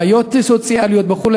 בעיות סוציאליות וכו',